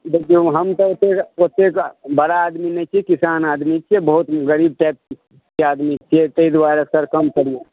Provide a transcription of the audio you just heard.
देखियौ हम तऽ एतेक बड़ा आदमी नहि छी किसान आदमी छियै बहुत गरीब टाइप के आदमी छियै तै द्वारे सर कम करियौ